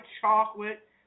chocolate